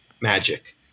Magic